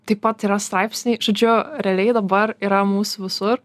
taip pat yra straipsniai žodžiu realiai dabar yra mūsų visur